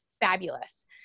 fabulous